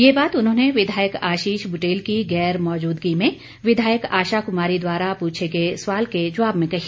यह बात उन्होंने विधायक आशीष बुटेल की गैर मौजूदगी में विधायक आशा क्मारी द्वारा पूछे गए सवाल के जवाब में कही